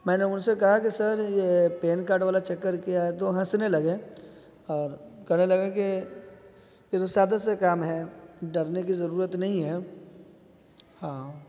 میں نے ان سے کہا کہ سر یہ پین کارڈ والا چکر کیا ہے تو ہنسنے لگے اور کہنے لگے کہ یہ تو سادہ سا کام ہے ڈرنے کی ضرورت نہیں ہے ہاں